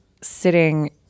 sitting –